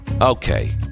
Okay